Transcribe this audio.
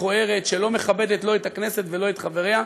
מכוערת, שלא מכבדת לא את הכנסת ולא את חבריה.